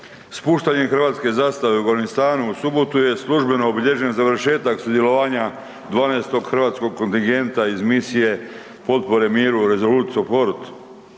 Spuštanjem hrvatske zastave u Afganistanu u subotu je službeno obilježen završetak sudjelovanja 12. hrvatskog kontingenta iz misije potpore miru Resolute Support.